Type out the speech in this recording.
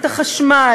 את החשמל,